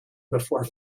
before